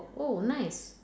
oh nice